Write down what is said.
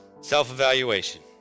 Self-evaluation